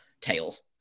Tails